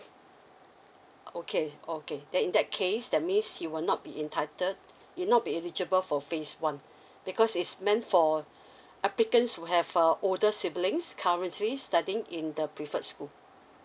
okay okay then in that case that means you will not be entitled you'll not be eligible for phase one because it's meant for applicants who have a older siblings currently studying in the preferred school